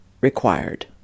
required